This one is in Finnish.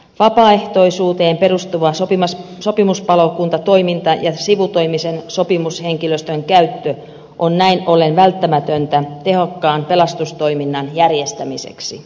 vapaaehtoisuuteen perustuva sopimuspalokuntatoiminta ja sivutoimisen sopimushenkilöstön käyttö on näin ollen välttämätöntä tehokkaan pelastustoiminnan järjestämiseksi